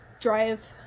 drive